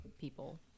people